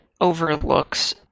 overlooks